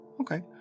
Okay